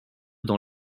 dans